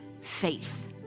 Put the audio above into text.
faith